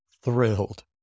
thrilled